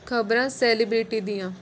ਖ਼ਬਰਾਂ ਸੇਲਿਬ੍ਰਿਟੀ ਦੀਆਂ